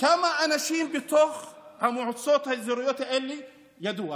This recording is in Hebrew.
כמה אנשים יש במועצות האזוריות אלה ידוע.